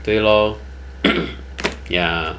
对 lor ya